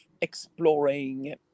exploring